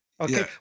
Okay